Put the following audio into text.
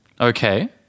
Okay